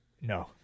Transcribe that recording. No